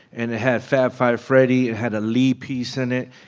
and it had fab five freddy. it had a lee piece in it.